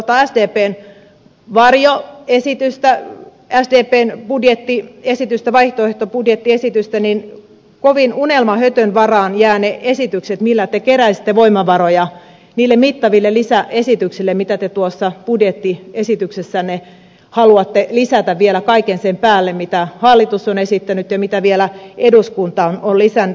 kun katsoo tuota sdpn varjoesitystä sdpn vaihtoehtobudjettiesitystä niin kovin unelmahötön varaan jäävät ne esitykset joilla te keräisitte voimavaroja niille mittaville lisäesityksille mitä te tuossa budjettiesityksessänne haluatte lisätä vielä kaiken sen päälle mitä hallitus on esittänyt ja mitä vielä eduskunta on lisännyt